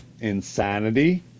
insanity